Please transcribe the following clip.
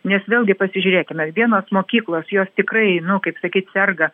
nes vėlgi pasižiūrėkime vienos mokyklos jos tikrai nu kaip sakyt serga